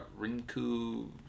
Rinku